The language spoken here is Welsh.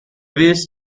fuest